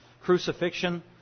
crucifixion